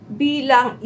bilang